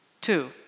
Two